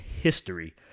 history